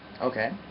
okay